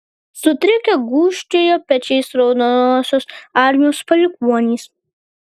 sutrikę gūžčiojo pečiais raudonosios armijos palikuonys